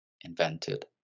invented